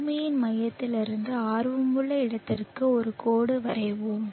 பூமியின் மையத்திலிருந்து ஆர்வமுள்ள இடத்திற்கு ஒரு கோடு வரைவோம்